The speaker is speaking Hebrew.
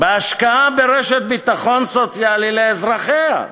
בהשקעה ברשת ביטחון סוציאלי לאזרחיה?